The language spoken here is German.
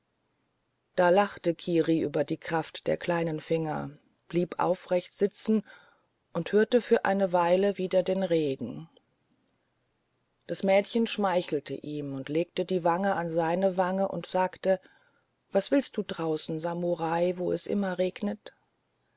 da lachte kiri über die kraft der kleinen finger blieb aufrecht sitzen und hörte für eine weile wieder den regen das mädchen schmeichelte ihm und legte die wange an seine wange und sagte was willst du draußen samurai wo es immer regnet